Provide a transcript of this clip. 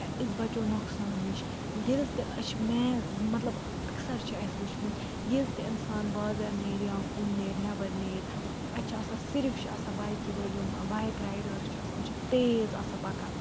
أسۍ بَچو نۄقصان نِش ییٚلہِ تہِ أسۍ چھِ مین مَطلب اَکثر چھُ اَسہِ وُچھمُت ییٚلہِ تہِ اِنسان بازر نیرِ یا کُن نیرِ نٮ۪بَر نیرِ اَتہِ چھِ آسان صِرف چھِ آسان بایکہِ وٲلۍ یِم بایِک رایڈٲرٕس چھِ آسان یِم چھِ تیز آسان پَکان